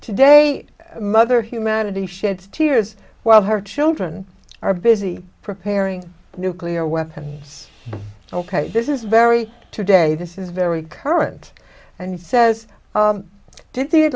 today a mother humanity sheds tears while her children are busy preparing nuclear weapons ok this is very today this is very current and says did the